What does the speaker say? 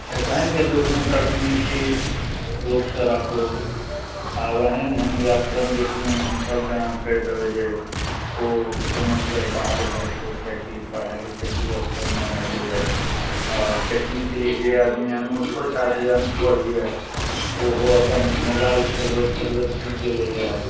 एखनके जुगमे तकनीकी रूपसे राखू आब एहन एहन व्याकरण जे कोनो शब्द अहाँ कहि देबै जे ओ समझसे बाहर भए जएतै किएकि पढ़ाइ लिखाइके ओ अस्तर नहि रहलैए आओर टेक्निकली जे आदमी अङ्गूठो छाप यऽ अनपढ़ यऽ ओहो अपन मोबाइल चलबैत चलबैत सीखि गेलैए